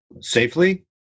safely